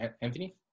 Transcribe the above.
anthony